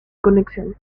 conexión